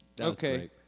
Okay